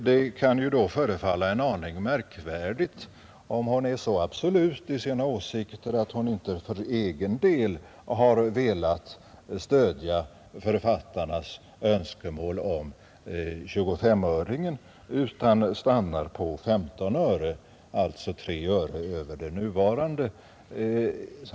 Det kan då förefalla en aning märkvärdigt, om hon är så absolut i sina åsikter, att hon inte för egen del har velat stödja författarnas önskemål om 25-öringen utan stannar på 15 öre, alltså tre öre över det nuvarande.